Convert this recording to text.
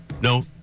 no